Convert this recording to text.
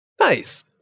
Nice